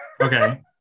Okay